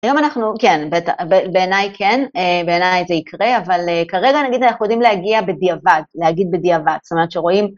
היום אנחנו, כן, בעיניי כן, בעיניי זה יקרה, אבל כרגע נגיד אנחנו יודעים להגיע בדיעבד, להגיד בדיעבד, זאת אומרת שרואים